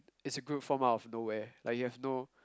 it's a group formed out of nowhere like you have no